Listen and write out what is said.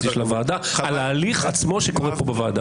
של הוועדה על ההליך עצמו שקורה פה בוועדה.